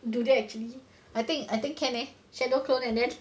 do they actually I think I think can leh shadow clone and then